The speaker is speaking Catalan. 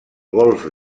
golf